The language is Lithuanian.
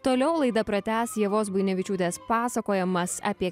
toliau laidą pratęs ievos buinevičiūtės pasakojamas apie